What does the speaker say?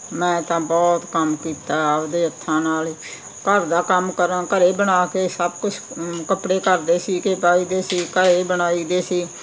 ਮੈਂ ਤਾਂ ਬਹੁਤ ਕੰਮ ਕੀਤਾ ਆਪਦੇ ਹੱਥਾਂ ਨਾਲ ਘਰ ਦਾ ਕੰਮ ਕਰਾਂ ਘਰ ਬਣਾ ਕੇ ਸਭ ਕੁਝ ਕੱਪੜੇ ਘਰ ਦੇ ਸੀ ਕੇ ਪਾਈ ਦੇ ਸੀ ਤਾਂ ਇਹ ਬਣਾਈ ਦੇ ਸੀ